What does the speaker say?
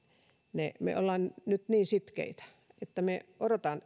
ne vastaukset me olemme nyt niin sitkeitä että me odotamme